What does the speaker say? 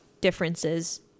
differences